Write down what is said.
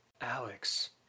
Alex